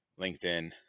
LinkedIn